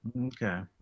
Okay